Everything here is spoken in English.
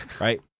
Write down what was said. right